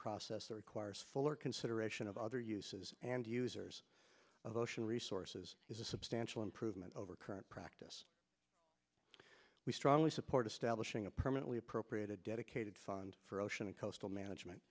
process that requires fuller consideration of other uses and users of ocean resources is a substantial improvement over current practice we strongly support establishing a permanently appropriated dedicated fund for ocean and coastal management